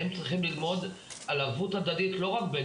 הם צריכים ללמוד על ערבות הדדית לא רק בין